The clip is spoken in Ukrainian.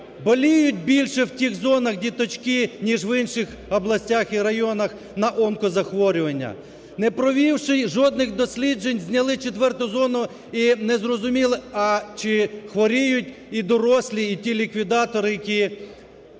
боліють більше в тих зонах діточки, ніж в інших областях і районах на онкозахворювання. Не провівши жодних досліджень, зняли четверту зону і не зрозуміло, а чи хворіють і дорослі, і ті ліквідатори, які